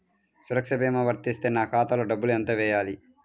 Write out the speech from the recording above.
సురక్ష భీమా వర్తిస్తే నా ఖాతాలో డబ్బులు ఎంత వేయాలి?